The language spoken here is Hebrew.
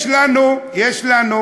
יש לנו צפון,